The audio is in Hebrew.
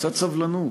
קצת סבלנות.